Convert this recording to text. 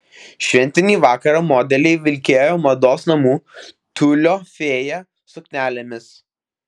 šventinį vakarą modeliai vilkėjo mados namų tiulio fėja suknelėmis